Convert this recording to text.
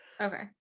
Okay